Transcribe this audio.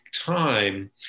time